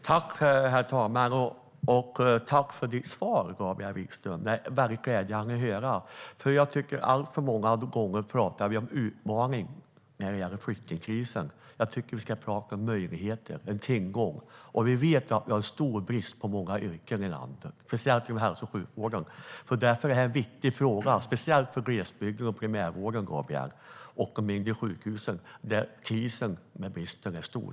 Herr talman! Jag tackar Gabriel Wikström för svaret. Detta är väldigt glädjande att höra. Jag tycker att vi alltför många gånger pratar om utmaningar när det gäller flyktingkrisen. Jag tycker att vi ska prata om möjligheter. Vi har en tillgång. Vi vet att vi har en stor brist inom många yrken i landet, speciellt inom hälso och sjukvården. Därför är detta en viktig fråga, Gabriel, speciellt för glesbygden, primärvården och de mindre sjukhusen, där krisen är svår och bristen stor.